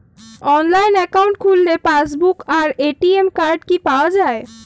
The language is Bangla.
অনলাইন অ্যাকাউন্ট খুললে পাসবুক আর এ.টি.এম কার্ড কি পাওয়া যায়?